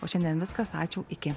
o šiandien viskas ačiū iki